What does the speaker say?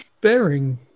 bearing